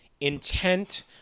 intent